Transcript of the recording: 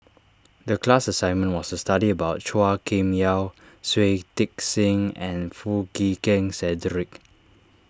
the class assignment was to study about Chua Kim Yeow Shui Tit Sing and Foo Chee Keng Cedric